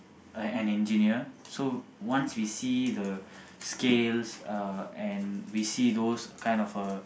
an engineer so once we see the scales uh and we see those kind of uh